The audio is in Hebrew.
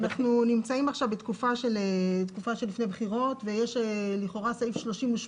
אנחנו נמצאים עכשיו בתקופה שלפני בחירות ולכאורה סעיף 38